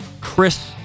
Chris